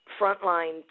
frontline